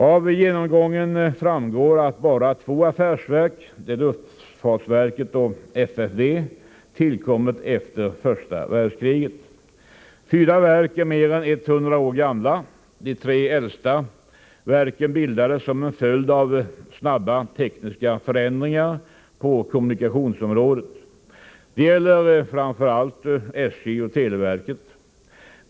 Av genomgången framgår att bara två affärsverk, luftfartsverket och FFV, tillkommit efter första världskriget. Fyra verk är mer än 100 år gamla. De tre äldsta verken bildades som en följd av snabba tekniska förändringar på kommunikationsområdet. Det gäller framför allt SJ och televerket.